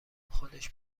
خودش